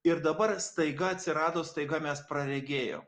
ir dabar staiga atsirado staiga mes praregėjom